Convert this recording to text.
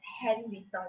handwritten